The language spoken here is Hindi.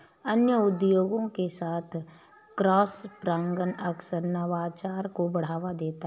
अन्य उद्योगों के साथ क्रॉसपरागण अक्सर नवाचार को बढ़ावा देता है